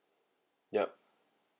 yup